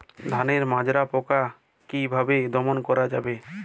ধানের মাজরা পোকা কি ভাবে দমন করা যাবে?